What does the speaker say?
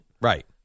Right